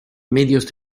medios